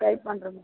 try பண்ணுறேன் miss